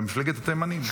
למפלגת התימנים,